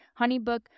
HoneyBook